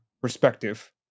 perspective